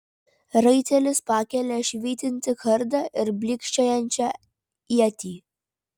raitelis pakelia švytintį kardą ir blykčiojančią ietį